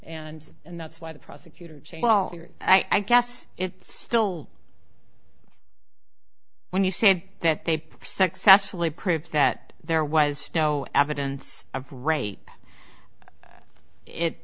and and that's why the prosecutor changed all i guess it still when you say that they successfully proved that there was no evidence of rape it